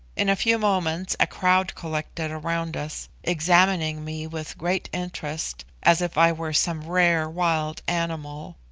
in a few moments a crowd collected around us, examining me with great interest, as if i were some rare wild animal.